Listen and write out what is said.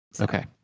Okay